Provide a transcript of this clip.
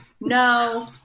no